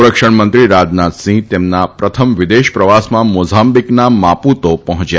સંરક્ષણ મંત્રી રાજનાથસિંહ તેમના પ્રથમ વિદેશ પ્રવાસમાં મોંઝાબીકના માપૂતો પહોંચ્યા છે